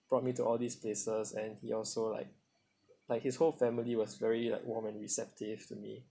brought me to all these places and he also like like his whole family was very like warm and receptive to me